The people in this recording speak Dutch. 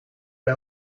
bij